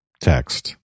text